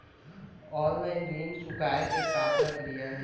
Online ऋण चुकोय के का प्रक्रिया हे?